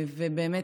ובאמת,